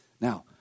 Now